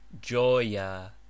joya